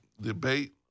debate